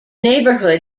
neighborhood